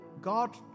God